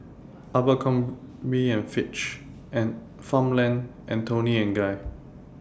Abercrombie and Fitch Farmland and Toni and Guy